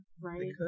right